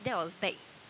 that was back